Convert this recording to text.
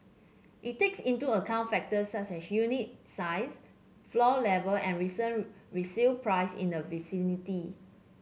it takes into account factors such as unit size floor level and recent resale price in the vicinity